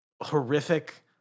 horrific